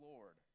Lord